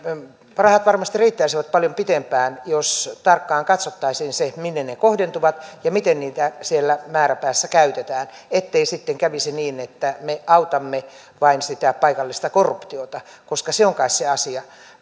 rahat varmasti riittäisivät paljon pitempään jos tarkkaan katsottaisiin se minne ne kohdentuvat ja miten niitä siellä määränpäässä käytetään ettei sitten kävisi niin että me autamme vain sitä paikallista korruptiota koska se on kai se asia